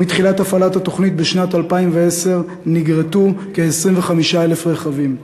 ומתחילת הפעלת התוכנית בשנת 2010 נגרטו כ-25,000 רכבים.